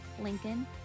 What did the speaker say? Lincoln